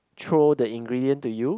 throw the ingredient to you